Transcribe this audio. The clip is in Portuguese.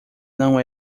não